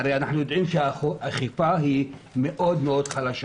הרי אנחנו יודעים שהאכיפה היא מאוד מאוד חלשה.